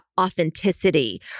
authenticity